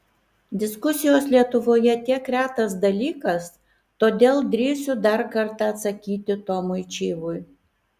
diskusijos lietuvoje tiek retas dalykas todėl drįsiu dar kartą atsakyti tomui čyvui